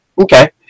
Okay